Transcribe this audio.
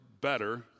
better